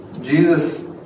Jesus